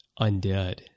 undead